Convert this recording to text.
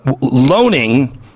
Loaning